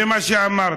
זה מה שאמרת.